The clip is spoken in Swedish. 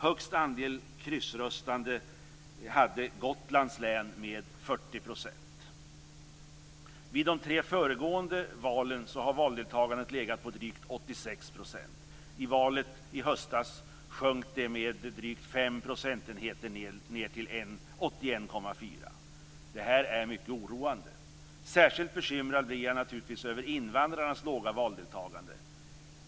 Högst andel kryssröstande hade Gotlands län med 40 %. Vid de tre föregående valen har valdeltagandet legat på drygt 86 %. I valet i höstas sjönk det med drygt 5 procentenheter ned till 81,4 %. Detta är mycket oroande. Särskilt bekymrad blir jag naturligtvis över invandrarnas låga valdeltagande.